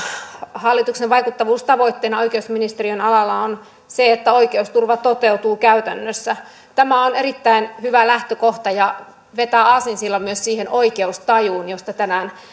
hallituksen vaikuttavuustavoitteena oikeusministeriön alalla on se että oikeusturva toteutuu käytännössä tämä on erittäin hyvä lähtökohta ja vetää aasinsillan myös siihen oikeustajuun josta tänään